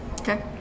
Okay